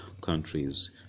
countries